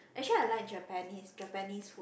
actually I like Japanese Japanese food